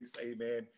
amen